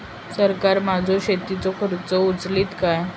सरकार माझो शेतीचो खर्च उचलीत काय?